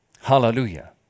Hallelujah